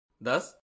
Thus